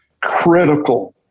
critical